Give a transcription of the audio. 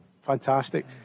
Fantastic